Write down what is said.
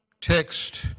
text